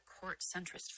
Court-centrist